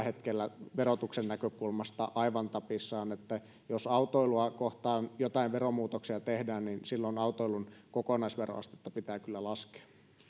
hetkellä verotuksen näkökulmasta aivan tapissaan jos autoilua kohtaan jotain veromuutoksia tehdään niin silloin autoilun kokonaisveroastetta pitää kyllä laskea